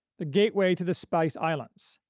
the gateway to the spice islands.